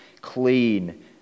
clean